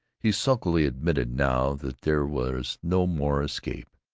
he sulkily admitted now that there was no more escape,